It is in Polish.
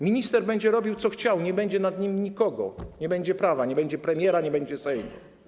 Minister będzie robił, co będzie chciał, nie będzie nad nim nikogo, nie będzie prawa, nie będzie premiera, nie będzie Sejmu.